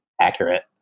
accurate